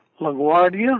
LaGuardia